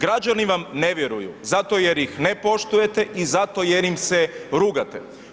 Građani vam ne vjeruju zato jer ih ne poštujete i zato jer im se rugate.